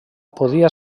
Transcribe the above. podia